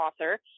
author